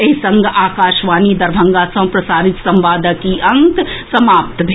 एहि संग आकाशवाणी दरभंगा सँ प्रसारित संवादक ई अंक समाप्त भेल